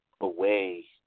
away